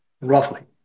roughly